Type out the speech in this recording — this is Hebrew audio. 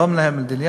לא מנהל מדיני,